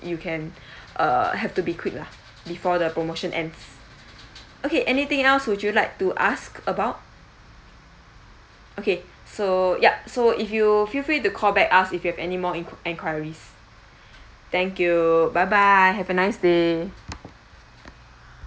you can err have to be quick lah before the promotion ends okay anything else would you like to ask about okay so ya so if you feel free to call back us if you have any more enq~ enquiries thank you bye bye have a nice day